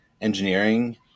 engineering